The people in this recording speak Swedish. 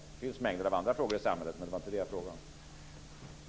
Det finns mängder av andra spörsmål i samhället, men det var detta som jag frågade om.